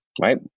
right